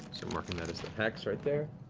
i'm marking that as the hex right there.